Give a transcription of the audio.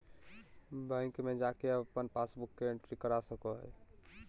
bank में जाके अपन पासबुक के एंट्री करा सको हइ